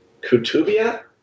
Kutubia